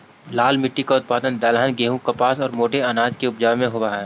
लाल मिट्टी का उपयोग दलहन, गेहूं, कपास और मोटे अनाज को उपजावे में होवअ हई